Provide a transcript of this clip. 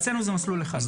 אצלנו זה מסלול אחד.